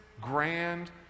grand